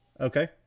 okay